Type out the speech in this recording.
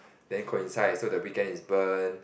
then coincide so the weekend is burn